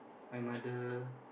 my mother